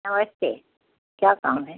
नमस्ते क्या काम है